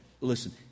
Listen